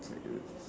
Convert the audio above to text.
very good